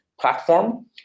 platform